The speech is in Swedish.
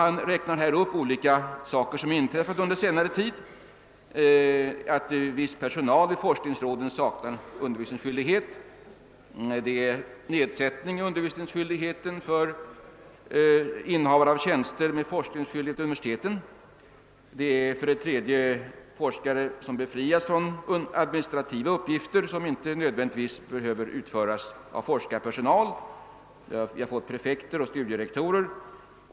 Statsrådet räknar upp de olika saker som inträffat under senare tid, att viss personal i forskningsråden saknar undervisningsskyldighet, att det är en nedsättning i undervisningsskyldigheten tör innehavare av tjänster med forskningsskyldighet vid universiteten, att forskare har befriats från administrativa uppgifter, vilka inte nödvändigtvis bör utföras av forskarpersonal — vi har fått prefekter och studierektorer.